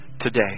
today